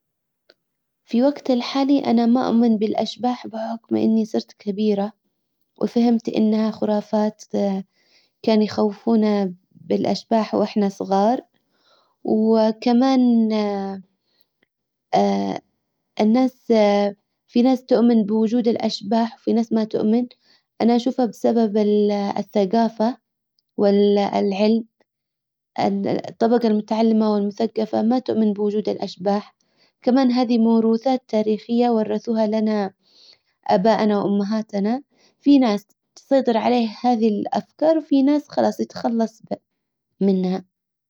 في وجت الحالي انا ما اؤمن بالاشباح بحكم اني صرت كبيرة وفهمت انها خرافات كانوا يخوفونا بالاشباح واحنا صغار وكمان الناس في ناس تؤمن بوجود الاشباح وفي ناس ما تؤمن انا اشوفها بسبب الثجافة العلم الطبقة المتعلمة والمثجفة ما تؤمن بوجود الاشباح كمان هذي موروثات تاريخية ورثوها لنا اباءنا وامهاتنا. في ناس تسيطر عليها هذي الافكار وفي ناس خلاص تخلص منها.